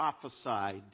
prophesied